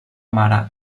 mare